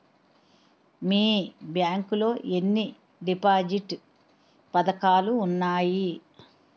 మీ bank లో ఎన్ని deposit పథకాలు ఉన్నాయి?